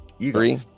Three